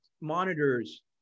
monitors